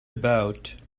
about